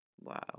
Wow